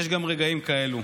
יש גם רגעים כאלה,